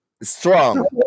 Strong